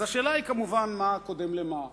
אז השאלה כמובן היא מה קודם למה,